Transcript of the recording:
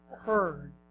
heard